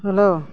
hello